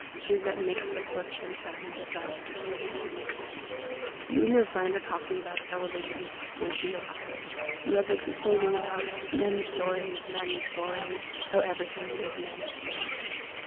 she's that mix of butch and femme that drives you crazy you and your friend are talking about television when she arrives. you have been complaining about men's stories, men's stories, how everything is men's stories.